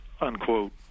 unquote